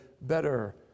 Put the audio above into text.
better